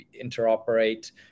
interoperate